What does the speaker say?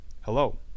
Hello